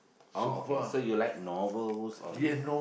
oh okay so you like novels on